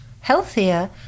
healthier